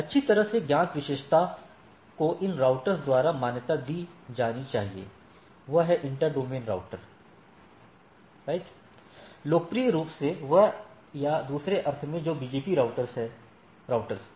अच्छी तरह से ज्ञात विशेषता को इन राउटर्स द्वारा मान्यता दी जानी चाहिए वह है inter domain routers right लोकप्रिय रूप से वह या दूसरे अर्थ में जो बीजीपी राउटर्स